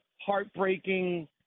heartbreaking